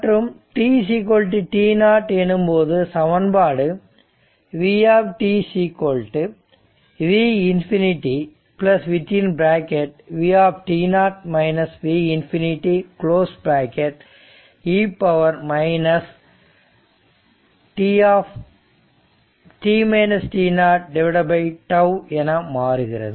மற்றும் tt0 எனும்போது சமன்பாடு v V∞ V V∞ e τ ஆக மாறுகிறது